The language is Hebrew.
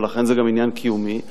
ולכן זה גם עניין קיומי,